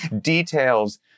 Details